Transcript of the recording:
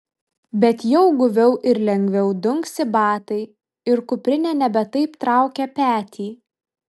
bet jau guviau ir lengviau dunksi batai ir kuprinė nebe taip traukia petį